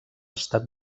estat